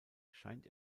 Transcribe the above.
scheint